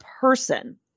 person